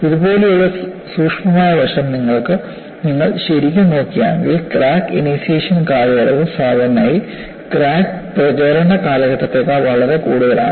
ഇതുപോലുള്ള സൂക്ഷ്മമായ വശം നിങ്ങൾ ശരിക്കും നോക്കുകയാണെങ്കിൽ ക്രാക്ക് ഇനീഷ്യേഷൻ കാലയളവ് സാധാരണയായി ക്രാക്ക് പ്രചാരണ കാലഘട്ടത്തേക്കാൾ വളരെ കൂടുതലാണ്